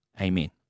Amen